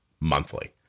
monthly